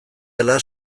ahala